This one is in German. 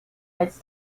als